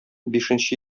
бишенче